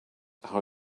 how